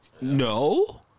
No